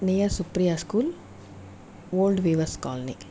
near Supriya school old weavers colony